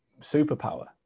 superpower